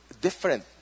different